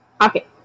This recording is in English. okay